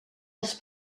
els